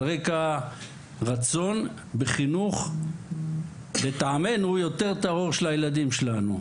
על רקע רצון בחינוך שלטעמנו הוא --- לילדים שלנו,